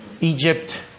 Egypt